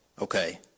Okay